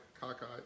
cockeyed